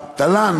מחיר התל"ן,